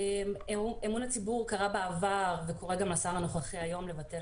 אמון הציבור קרא בעבר וקורא גם לשר הנוכחי היום לבטל